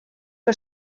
que